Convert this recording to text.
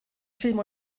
film